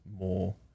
more